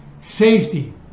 safety